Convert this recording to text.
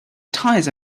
tires